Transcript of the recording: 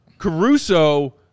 Caruso